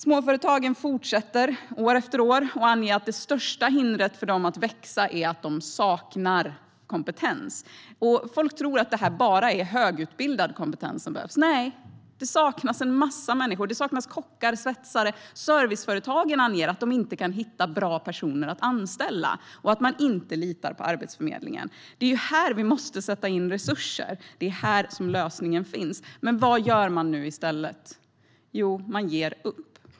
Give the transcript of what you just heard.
Småföretagen fortsätter år efter år att ange att det största hindret för dem att växa är att de saknar kompetens. Folk tror att det är bara är högutbildad kompetens som behövs. Nej, det saknas en massa människor. Det saknas kockar och svetsare. Serviceföretagen anger att de inte kan hitta bra personer att anställa och att de inte litar på Arbetsförmedlingen. Det är här vi måste sätta in resurser. Det är här som lösningen finns. Men vad gör man i stället? Jo, man ger upp.